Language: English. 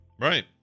Right